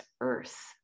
earth